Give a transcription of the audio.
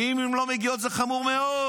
ואם הן לא מגיעות, זה חמור מאוד.